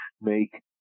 make